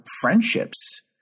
friendships